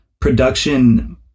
production